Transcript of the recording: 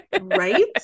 right